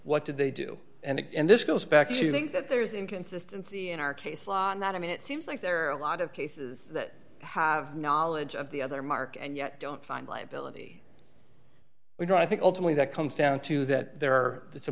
what did they do and this goes back if you think that there's inconsistency in our case law and that i mean it seems like there are a lot of cases that have knowledge of the other mark and yet don't find liability you know i think ultimately that comes down to that there are it's a